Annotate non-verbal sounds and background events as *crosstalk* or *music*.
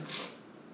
*noise*